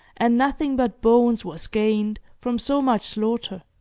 and nothing but bones was gained from so much slaughter.